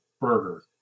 Burger